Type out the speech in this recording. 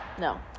no